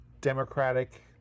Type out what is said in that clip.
Democratic